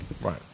Right